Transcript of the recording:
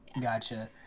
gotcha